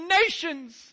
nations